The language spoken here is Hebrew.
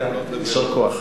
יישר כוח.